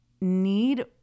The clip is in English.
need